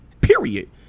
period